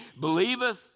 believeth